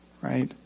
right